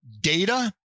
data